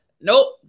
Nope